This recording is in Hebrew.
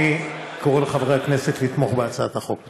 אני קורא לחברי הכנסת לתמוך בהצעת החוק.